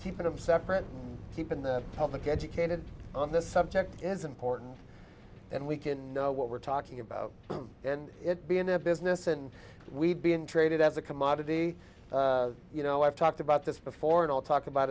keeping them separate keeping the public educated on the subject is important and we can know what we're talking about and it being a business and we've been traded as a commodity you know i've talked about this before and i'll talk about